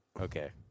Okay